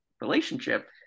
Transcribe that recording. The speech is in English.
relationship